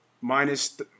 Minus –